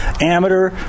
Amateur